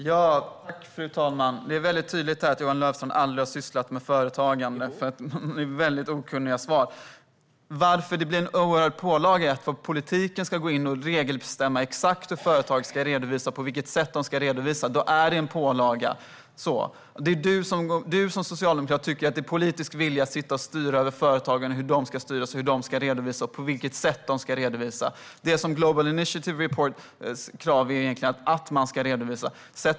Fru talman! Det är väldigt tydligt att Johan Löfstrand aldrig har sysslat med företagande. Det är väldigt okunniga svar. Varför det blir en oerhörd pålaga är för att politiken ska gå in och regelbestämma exakt på vilket sätt företag ska redovisa. Då är det en pålaga. Du som socialdemokrat tycker att det är politisk vilja att sitta och styra över förtagen, hur de ska styras, hur de ska redovisa och på vilket sätt. Global Reporting Initiatives krav är att man ska redovisa.